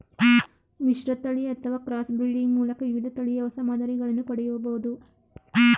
ಮಿಶ್ರತಳಿ ಅಥವಾ cross breeding ಮೂಲಕ ವಿವಿಧ ತಳಿಯ ಹೊಸ ಮಾದರಿಗಳನ್ನು ಪಡೆಯಬೋದು